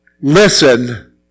listen